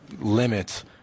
limits